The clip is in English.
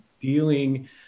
dealing